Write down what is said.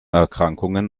erkrankungen